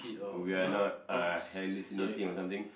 we are not uh hallucinating or something